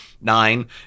nine